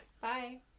Bye